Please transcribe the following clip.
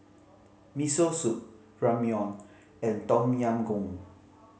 Miso Soup Ramyeon and Tom Yam Goong